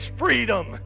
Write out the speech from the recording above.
freedom